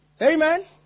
amen